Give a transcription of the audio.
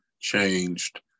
changed